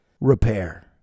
repair